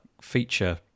feature